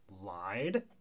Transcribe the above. lied